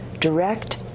direct